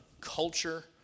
culture